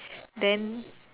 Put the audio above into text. then